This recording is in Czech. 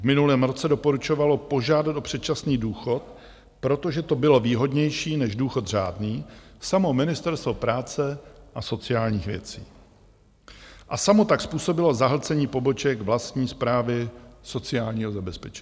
V minulém roce doporučovalo požádat o předčasný důchod, protože to bylo výhodnější než důchod řádný, samo Ministerstvo práce a sociálních věcí a samo tak způsobilo zahlcení poboček vlastní Správy sociálního zabezpečení.